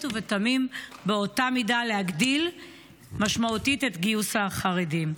ובתמים באותה מידה להגדיל משמעותית את גיוס החרדים?